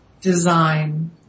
design